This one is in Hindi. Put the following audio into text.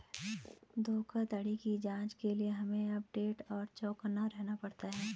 धोखाधड़ी की जांच के लिए हमे अपडेट और चौकन्ना रहना पड़ता है